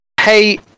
hey